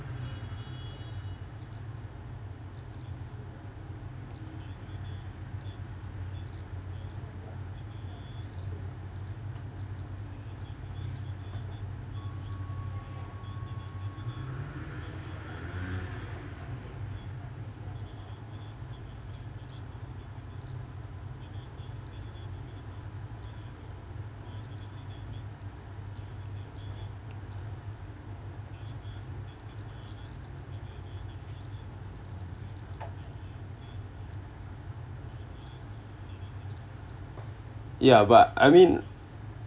ya but I mean